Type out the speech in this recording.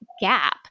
gap